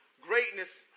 greatness